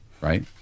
right